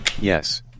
Yes